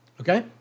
okay